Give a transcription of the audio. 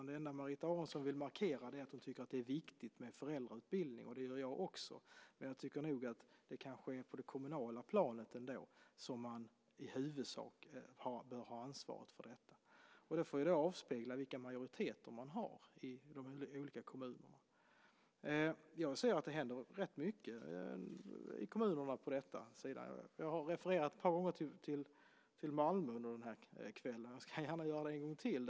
Det Marita Aronson vill markera är att hon tycker att det är viktigt med föräldrautbildning. Det tycker jag också. Men det är nog ändå i huvudsak på det kommunala planet som man bör ha ansvaret för detta. Det får avspegla vilka majoriteter man har i kommunerna. Jag ser att det händer ganska mycket inom kommunerna på det området. Jag har ett par gånger i kväll refererat till Malmö. Jag ska göra det en gång till.